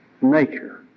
nature